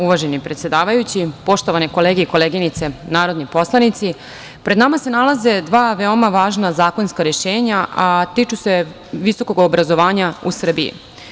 Uvaženi predsedavajući, poštovane kolege i koleginice, narodni poslanici, pred nama se nalaze dva veoma važna zakonska rešenja, a tiču se visokog obrazovanja u Srbiji.